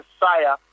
Messiah